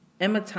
Emma